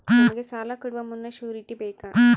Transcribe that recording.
ನಮಗೆ ಸಾಲ ಕೊಡುವ ಮುನ್ನ ಶ್ಯೂರುಟಿ ಬೇಕಾ?